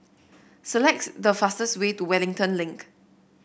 selects the fastest way to Wellington Link